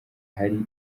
ahari